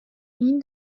این